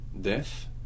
death